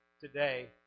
today